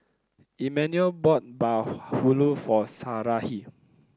Emanuel bought bahulu for Sarahi